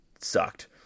sucked